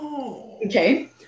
okay